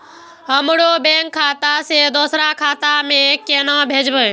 हमरो बैंक खाता से दुसरा खाता में केना भेजम?